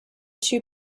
two